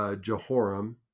Jehoram